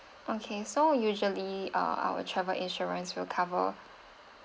okay so usually uh our travel insurance will cover